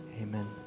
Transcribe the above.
Amen